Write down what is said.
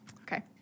Okay